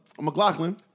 McLaughlin